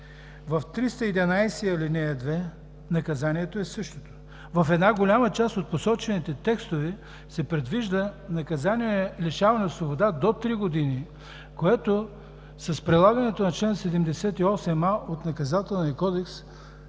311, ал. 2 наказанието е същото. В една голяма част от посочените текстове, се предвижда наказание „лишаване от свобода“ до три години, което с прилагането на чл. 78а от Наказателния кодекс